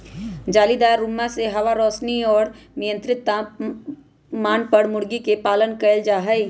जालीदार रुम्मा में हवा, रौशनी और मियन्त्रित तापमान पर मूर्गी के पालन कइल जाहई